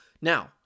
Now